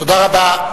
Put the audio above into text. תודה רבה.